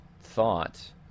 thought